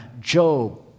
Job